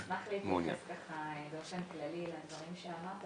אני אשמח להתייחס באופן כללי לדברים שאמרת